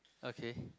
okay